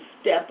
step